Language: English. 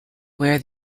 where